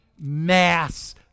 Mass